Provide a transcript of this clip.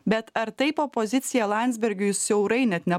bet ar taip opozicija landsbergiui siaurai net ne